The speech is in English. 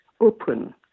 open